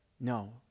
No